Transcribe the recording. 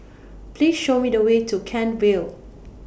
Please Show Me The Way to Kent Vale